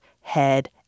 head